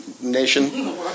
nation